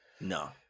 No